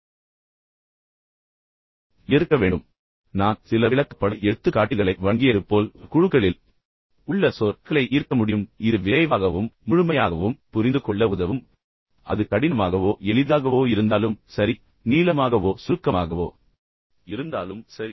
இப்போது நீங்கள் அதைச் செய்ய முடிந்தால் நான் உங்களுக்கு சில விளக்கப்பட எடுத்துக்காட்டுகளை வழங்கியது போல் குழுக்களில் உள்ள சொற்களை ஈர்க்க முடியும் இது நீங்கள் படிக்க முயற்சிக்கும் எதையும் விரைவாகவும் முழுமையாகவும் புரிந்துகொள்ள உதவும் அது கடினமாகவோ எளிதாகவோ இருந்தாலும் சரி நீளமாகவோ சுருக்கமாகவோ இருந்தாலும் சரி